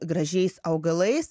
gražiais augalais